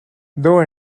though